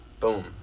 boom